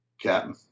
Captain